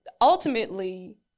ultimately